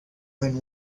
than